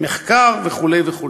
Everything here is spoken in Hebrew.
מחקר וכו' וכו'.